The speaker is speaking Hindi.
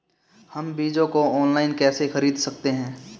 हम बीजों को ऑनलाइन कैसे खरीद सकते हैं?